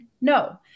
No